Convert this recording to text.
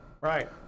right